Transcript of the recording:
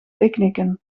picknicken